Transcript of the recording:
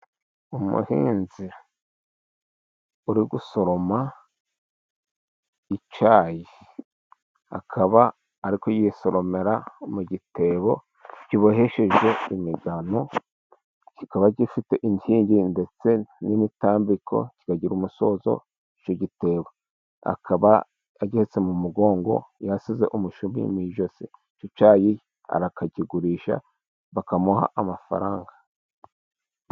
Umuhinzi uri gusoroma icyayi, akaba ari kugisoromera mu gitebo kibohesheje imigano, kikaba gifite inkingi ndetse n'imitambiko, kikagira umusozo icyo gitebo, akaba agihetse mu mugongo, yasize umushumi mu ijosi, icyayi arakigurisha bakamuha amafaranga.